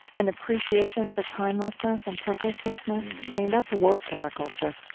an appreciation for timelessness and purposelessness, i mean, that's work in our culture